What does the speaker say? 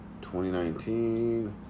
2019